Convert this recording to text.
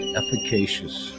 efficacious